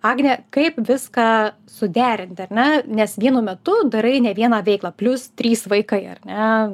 agne kaip viską suderinti ar ne nes vienu metu darai ne vieną veiklą plius trys vaikai ar ne